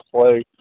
play